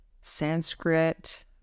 Sanskrit